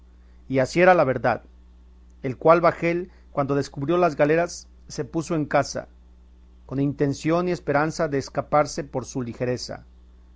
y así era la verdad el cual bajel cuando descubrió las galeras se puso en caza con intención y esperanza de escaparse por su ligereza